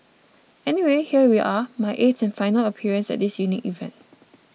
anyway here we are my eighth and final appearance at this unique event